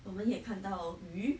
我们也看到鱼